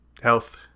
health